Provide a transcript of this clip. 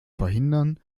verhindern